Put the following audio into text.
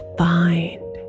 find